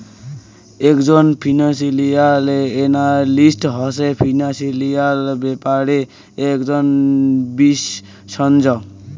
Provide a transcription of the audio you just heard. একজন financial analyst হসে financial ব্যাপারে একজন বিশষজ্ঞ